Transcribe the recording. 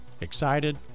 Excited